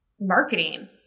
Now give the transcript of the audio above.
marketing